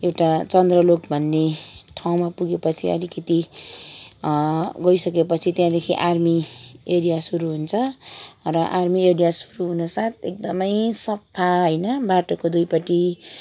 एउटा चन्द्रलोक भन्ने ठाउँमा पुगेपछि अलिकति गइसकेपछि त्यहाँदेखि आर्मी एरिया सुरु हुन्छ र आर्मी एरिया सुरु हुनसाथ एकदमै सफा होइन बाटोको दुईपट्टि